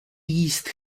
jíst